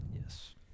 Yes